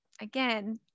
again